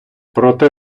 проте